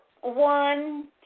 One